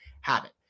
habit